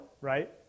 right